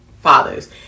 fathers